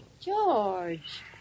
George